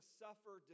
suffer